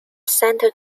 center